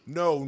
no